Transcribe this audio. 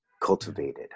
cultivated